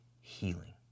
healing